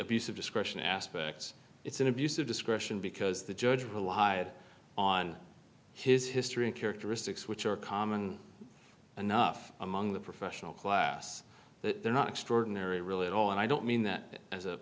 abuse of discretion aspects it's an abuse of discretion because the judge relied on his history and characteristics which are common enough among the professional class that they're not extraordinary really at all and i don't mean that as a